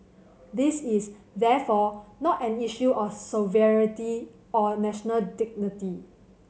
this is therefore not an issue of sovereignty or national dignity